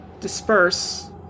disperse